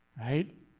right